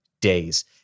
days